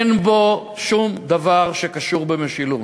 אין בו שום דבר שקשור במשילות.